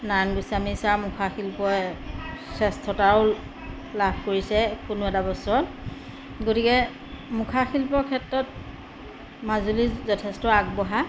নাৰায়ণ গোস্বামী ছাৰৰ মুখাশিল্পই শ্ৰেষ্ঠতাও লাভ কৰিছে কোনো এটা বছৰ গতিকে মুখাশিল্পৰ ক্ষেত্ৰত মাজুলী যথেষ্ট আগবঢ়া